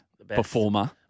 Performer